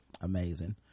amazing